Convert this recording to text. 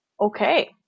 Okay